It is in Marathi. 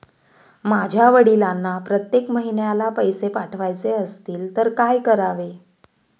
माझ्या वडिलांना प्रत्येक महिन्याला पैसे पाठवायचे असतील तर काय करावे?